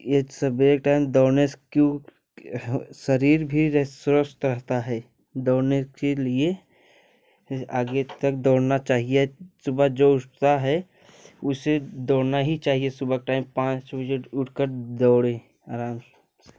ये सब एक टाइम दौड़ने से क्यों शरीर भी स्वस्थ रहता है दौड़ने के लिए आगे तक दौड़ना चाहिए सुबह जो उठता है उसे दौड़ना ही चाहिए सुबह टाइम पाँच बजे उठकर दौड़े आराम से